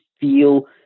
feel